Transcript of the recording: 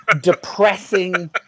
depressing